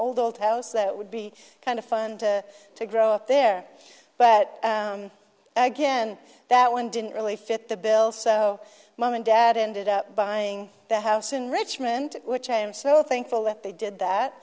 old old house that would be kind of fun to to grow up there but again that one didn't really fit the bill so mom and dad ended up buying the house in richmond which i am so thankful that they did that